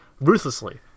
ruthlessly